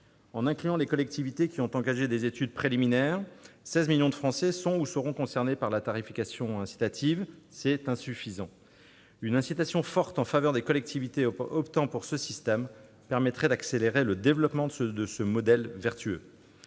En incluant les collectivités qui ont engagé des études préliminaires, 16 millions de Français sont ou seront concernés par la tarification incitative- c'est insuffisant. Une incitation forte en faveur des collectivités optant pour ce système permettrait d'accélérer le développement de ce modèle vertueux-